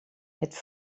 het